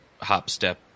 hop-step